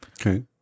Okay